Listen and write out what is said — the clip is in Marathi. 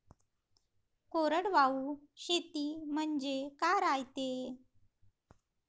कोरडवाहू शेती म्हनजे का रायते?